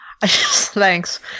thanks